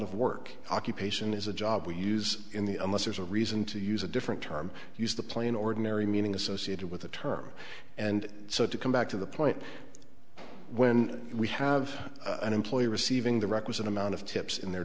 of work occupation is a job we use in the unless there's a reason to use a different term use the plain ordinary meaning associated with the term and so to come back to the point when we have an employee receiving the requisite amount of tips in their